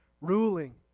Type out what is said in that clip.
ruling